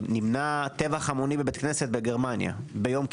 ונמנע טבח המוני בבית כנסת בגרמניה ביום כיפור.